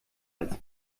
als